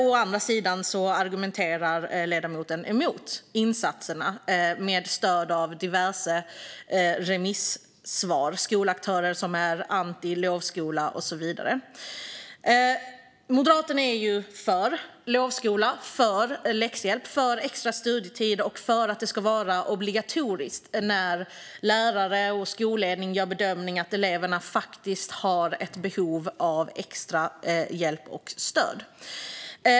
Å andra sidan argumenterar ledamoten emot insatsen med stöd av diverse remissvar från skolaktörer som är anti lovskola och så vidare. Moderaterna är för lovskola, för läxhjälp och för extra studietid och för att det ska vara obligatoriskt när lärare och skolledning gör bedömningen att eleverna faktiskt har behov av extra hjälp och stöd.